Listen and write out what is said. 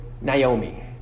Naomi